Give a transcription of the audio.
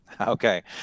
Okay